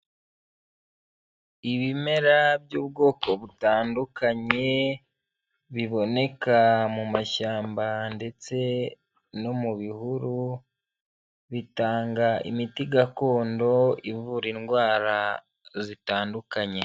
Ibimera by'ubwoko butandukanye biboneka mu mashyamba ndetse no mu bihuru, bitanga imiti gakondo ivura indwara zitandukanye.